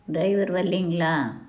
driver வரலைங்களா